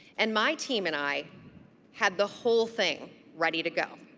and my team and i had the whole thing ready to go,